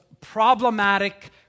problematic